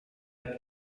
app